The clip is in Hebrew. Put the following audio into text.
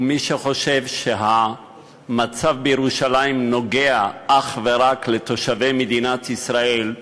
מי שחושב שהמצב בירושלים נוגע אך ורק לתושבי מדינת ישראל,